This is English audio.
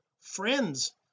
friends